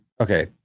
okay